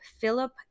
Philip